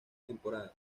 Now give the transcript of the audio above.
temporadas